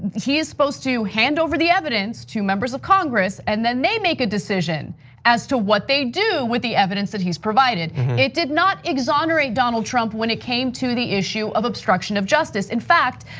he is supposed to hand over the evidence to members of congress. and then they make a decision as to what they do with the evidence that he's provided. mm-hm it did not exonerate donald trump, when it came to the issue of obstruction of justice. in fact,